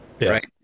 Right